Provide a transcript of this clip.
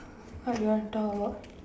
what you want talk about